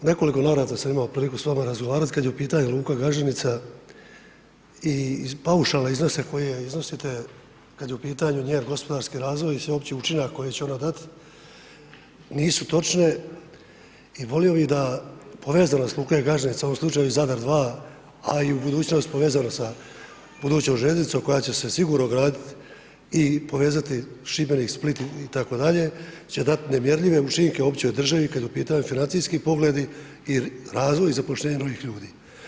U nekoliko navrata sam imao priliku s vama razgovarati kad je u pitanju luka Gaženica i paušalne iznose koje iznosite kad je u pitanju njen gospodarski razvoj i sveopći učinak koji će ona dati nisu točke i volio bih da povezanost luke Gaženica, u ovom slučaju Zadar 2, a i u budućnosti povezano sa budućom željeznicom koja će se sigurno graditi i povezati Šibenik, Split itd. će dati nemjerljive učinke uopće u državi kad je u pitanju financijski pogledi i razvoj i zapošljavanje novih ljudi.